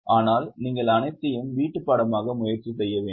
ஆனால் நீங்கள் அனைத்தையும் வீட்டுப்பாடமாக முயற்சி செய்ய வேண்டும்